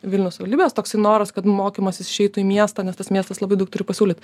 vilniaus savivaldybės toksai noras kad mokymasis išeitų į miestą nes tas miestas labai daug turi pasiūlyt